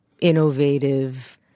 innovative